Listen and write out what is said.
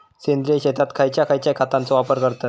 सेंद्रिय शेतात खयच्या खयच्या खतांचो वापर करतत?